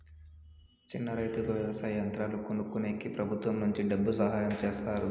చిన్న రైతుకు వ్యవసాయ యంత్రాలు కొనుక్కునేకి ప్రభుత్వం నుంచి డబ్బు సహాయం చేస్తారా?